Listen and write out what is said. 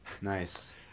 Nice